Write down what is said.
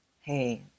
hey